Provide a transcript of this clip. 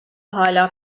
hâlâ